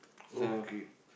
okay